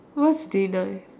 what's deny